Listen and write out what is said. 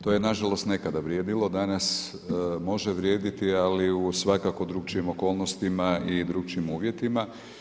To je nažalost nekad vrijedilo, danas može vrijediti, ali u svakako drukčijim okolnostima i drukčijim uvjetima.